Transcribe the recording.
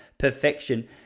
perfection